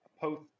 post